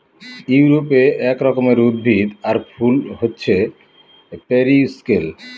ইউরোপে এক রকমের উদ্ভিদ আর ফুল হছে পেরিউইঙ্কেল